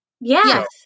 Yes